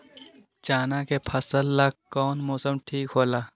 चाना के फसल ला कौन मौसम ठीक होला?